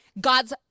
God's